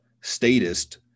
statist